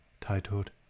titled